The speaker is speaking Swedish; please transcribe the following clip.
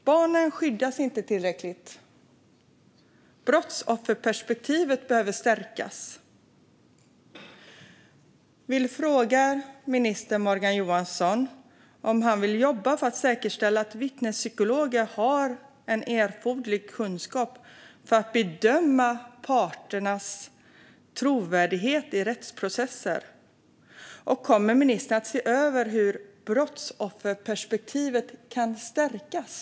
Barnen skyddas inte tillräckligt. Brottsofferperspektivet behöver stärkas. Därför frågar jag minister Morgan Johansson: Kommer ministern att jobba för att säkerställa att vittnespsykologer har erforderlig kunskap för att bedöma parternas trovärdighet i rättsprocesser? Kommer ministern att se över hur brottsofferperspektivet kan stärkas?